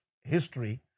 history